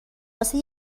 واسه